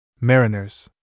Mariners